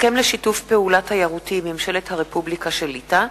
הסכם לשיתוף פעולה תיירותי עם ממשלת הרפובליקה של ליטא.